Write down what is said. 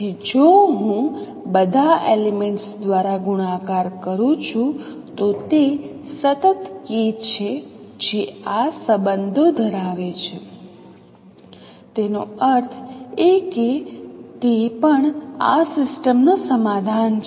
તેથી જો હું બધા એલિમેન્ટ્સ દ્વારા ગુણાકાર કરું છું તો તે સતત k છે જે આ સંબંધો ધરાવે છે તેનો અર્થ એ કે તે પણ આ સિસ્ટમ નો સમાધાન છે